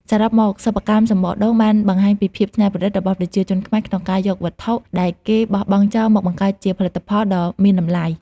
សរុបមក សិប្បកម្មសំបកដូងបានបង្ហាញពីភាពច្នៃប្រឌិតរបស់ប្រជាជនខ្មែរក្នុងការយកវត្ថុដែលគេបោះបង់ចោលមកបង្កើតជាផលិតផលដ៏មានតម្លៃ។